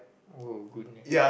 oh goodness